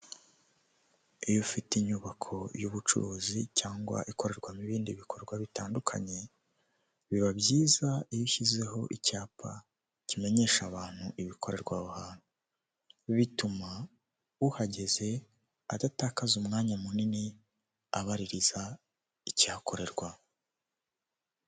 Iyo ufite inyubako y'ubucuruzi cyangwa ikorerwamo ibindi bikorwa bitandukanye, biba byiza iyo ushyizeho icyapa kimenyesha abantu ibikorerwa aho hantu, bituma uhageze adatakaza umwanya munini abaririza icyakorerwa.